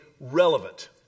relevant